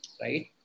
right